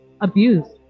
abused